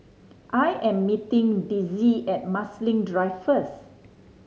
I am meeting Dezzie at Marsiling Drive first